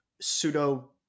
pseudo-